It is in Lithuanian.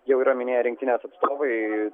jau yra minėję rinktinės atstovai